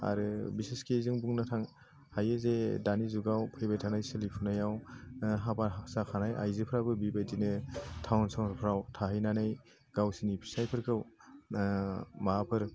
आरो बिसेसखे जों बुंनो थां हायो जे दानि जुगआव फैबाय थानाय सोलिफुनायाव हाबा जाखानाय आइजोफ्राबो बेबायदिनो टाउन सहरफ्राव थाहैनानै गावसिनि फिसाइफोरखौ माबाफोर